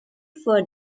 for